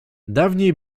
dawniej